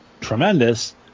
tremendous